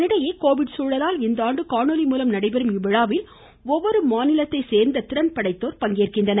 இதனிடையே கோவிட் சூழலால் இந்தஆண்டு காணொலிமூலம் நடைபெறும் இவ்விழாவில் ஒவ்வொரு மாநிலத்தைச் சேர்ந்த திறன்படைத்தோரும் இதில் பங்கேற்கின்றனர்